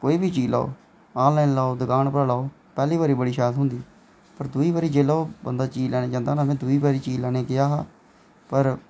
कोई बी चीज़ लैओ ऑनलाइन लैओ दुकान परा लैओ पैह्ली बारी ओह् शैल थ्होंदी पर दूई बारी जेल्लै ओह् बंदा दूई बारी चीज़ लैने गी जंदा ना में दूई बारी चीज़ लैने गी गेआ ना पर